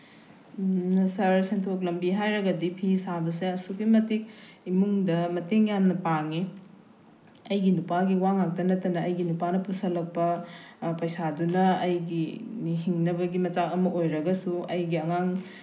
ꯁꯥꯔ ꯁꯦꯟꯊꯣꯛ ꯂꯝꯕꯤ ꯍꯥꯏꯔꯒꯗꯤ ꯐꯤ ꯁꯥꯕꯁꯦ ꯑꯁꯨꯛꯀꯤ ꯃꯇꯤꯛ ꯏꯃꯨꯡꯗ ꯃꯇꯦꯡ ꯌꯥꯝꯅ ꯄꯥꯡꯏ ꯑꯩꯒꯤ ꯅꯨꯄꯥꯒꯤ ꯋꯥ ꯉꯥꯛꯇ ꯅꯠꯇꯅ ꯑꯩꯒꯤ ꯅꯨꯄꯥꯅ ꯄꯨꯁꯤꯜꯂꯛꯄ ꯄꯩꯁꯥꯗꯨꯅ ꯑꯩꯒꯤ ꯍꯤꯡꯅꯕꯒꯤ ꯃꯆꯥꯛ ꯑꯃ ꯑꯣꯏꯔꯒꯁꯨ ꯑꯩꯒꯤ ꯑꯉꯥꯡ